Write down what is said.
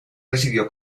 recibió